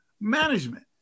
management